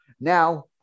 now